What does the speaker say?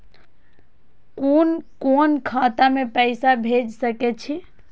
कुन कोण खाता में पैसा भेज सके छी?